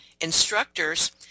instructors